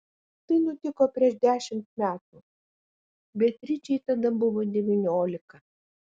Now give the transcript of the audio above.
tai nutiko prieš dešimt metų beatričei tada buvo devyniolika